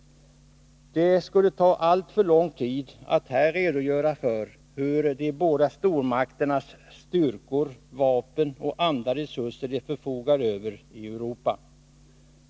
Det skulle ta alltför lång tid att här redogöra för de båda stormakternas styrkor, vapen och andra resurser som de förfogar över i Europa.